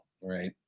right